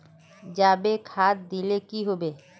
जाबे खाद दिले की होबे?